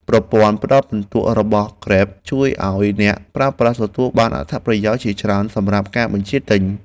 ប្រព័ន្ធផ្ដល់ពិន្ទុរបស់ក្រេបជួយឱ្យអ្នកប្រើប្រាស់ទទួលបានអត្ថប្រយោជន៍ជាច្រើនសម្រាប់ការបញ្ជាទិញ។